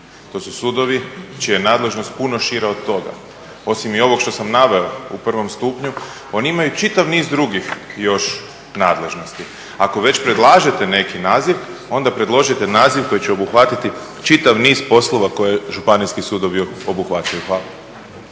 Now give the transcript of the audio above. To su sudovi čija je nadležnost puno šira od toga. Osim ovog što sam i naveo u prvom stupnju oni imaju čitav niz drugih još nadležnosti. Ako već predlažete neki naziv onda predložite naziv koji će obuhvatiti čitav niz poslova koje županijski sudovi obuhvaćaju. Hvala.